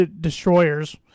destroyers